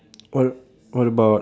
what what about